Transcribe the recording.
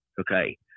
Okay